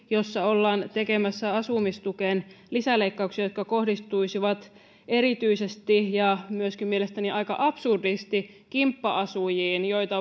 jossa ollaan tekemässä asumistukeen lisäleikkauksia jotka kohdistuisivat erityisesti ja mielestäni myöskin aika absurdisti kimppa asujiin joita